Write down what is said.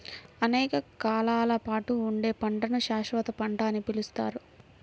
అనేక కాలాల పాటు ఉండే పంటను శాశ్వత పంట అని పిలుస్తారు